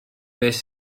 beth